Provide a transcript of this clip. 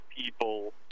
people